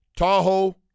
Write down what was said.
Tahoe